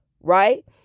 right